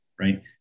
right